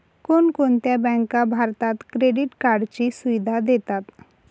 कोणकोणत्या बँका भारतात क्रेडिट कार्डची सुविधा देतात?